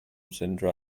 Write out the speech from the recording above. syndrome